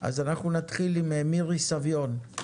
נתחיל עם מירי סביון,